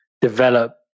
develop